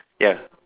ya